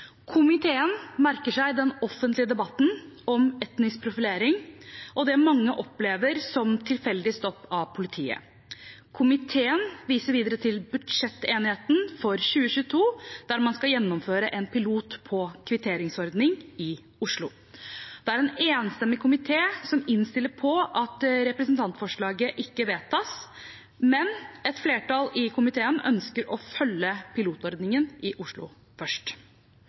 Komiteen merker seg den offentlige debatten om etnisk profilering og det mange opplever som tilfeldige stopp av politiet. Komiteen viser videre til budsjettenigheten for 2022, der man skal gjennomføre en pilot på kvitteringsordning i Oslo. Det er en enstemmig komité som innstiller på at representantforslaget ikke vedtas. Et flertall i komiteen ønsker først å følge pilotordningen i Oslo.